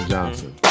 Johnson